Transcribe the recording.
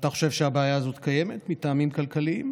ואתה חושב שהבעיה הזאת קיימת, מטעמים כלכליים?